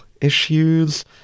issues